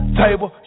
table